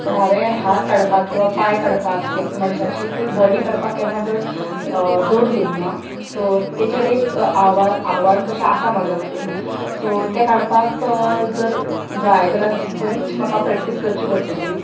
but हांवें हात काडपाक किंवा पांय काडपाक एक मनशाची फूल बॉडी काडपाक केन्ना चड जोर दिवंक ना सो ताचेर एक आव्हान कशें आसा म्हज्या खातीर सो तें काडपाक जर जाय तर बरीच म्हाका प्रॅक्टीस करची पडटली